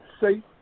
safe